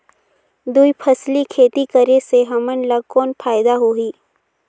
दुई फसली खेती करे से हमन ला कौन फायदा होही?